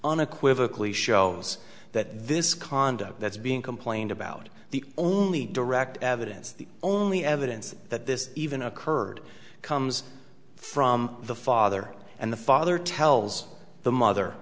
on equivocally shows that this conduct that's being complained about the only direct evidence the only evidence that this even occurred comes from the father and the father tells the mother